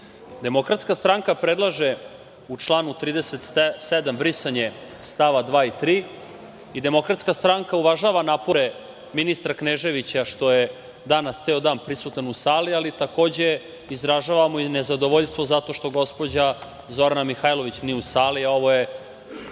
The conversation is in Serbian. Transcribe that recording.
može. Demokratska stranka predlaže u članu 37. brisanje stava 2. i 3. i DS uvažava napore ministra Kneževića što je danas ceo dan prisutan u sali, ali takođe, izražavamo i nezadovoljstvo zato što gospođa Zorana Mihajlović nije u sali. Ovo je